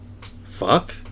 Fuck